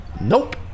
Nope